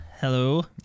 Hello